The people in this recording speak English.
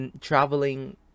traveling